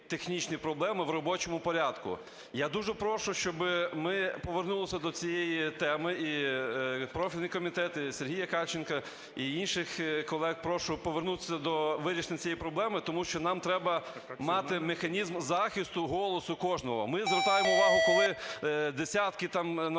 технічні проблеми в робочому порядку. Я дуже прошу, щоб ми повернулись до цієї теми, і профільний комітет, і Сергія Кальченка, і інших колег, прошу повернутися до вирішення цієї проблеми, тому що нам треба мати механізм захисту голосу кожного. Ми звертаємо увагу, коли десятки народних